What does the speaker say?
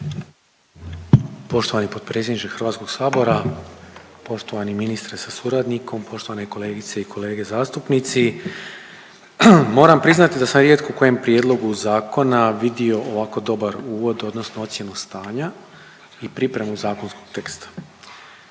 Poštovani potpredsjedniče HS, poštovani ministre sa suradnikom, poštovane kolegice i kolege zastupnici. Moram priznati da sam u rijetko kojem prijedlogu zakona vidio ovako dobar uvod odnosno ocjenu stanja i pripremu zakonskog teksta.